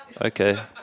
okay